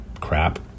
crap